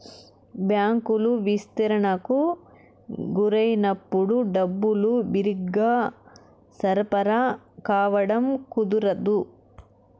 బ్యాంకులు విస్తరణకు గురైనప్పుడు డబ్బులు బిరిగ్గా సరఫరా కావడం కుదరదు